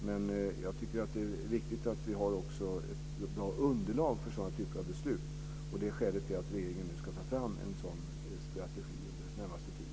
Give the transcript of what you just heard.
Men jag tycker också att det är viktigt att vi har ett bra underlag för sådana typer av beslut. Det är skälet till att regeringen nu ska ta fram en sådan strategi under den närmaste tiden.